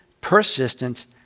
persistent